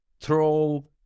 throw